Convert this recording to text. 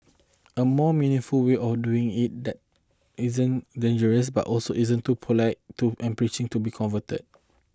a more meaningful way of doing it that isn't dangerous but also isn't too polite to and preaching to be converted